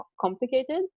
complicated